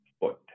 foot